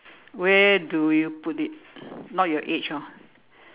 where do you put it not your age hor